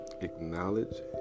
acknowledge